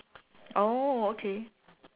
oh okay